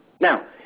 Now